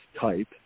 type